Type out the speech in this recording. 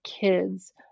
kids